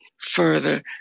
further